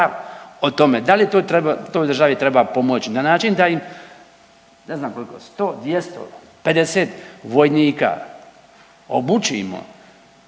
o tome da li toj državi treba pomoći na način da im ne znam koliko 100, 200, 50 vojnika obučimo,